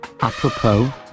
Apropos